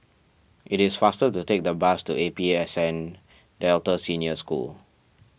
it is faster to take the bus to A P S N Delta Senior School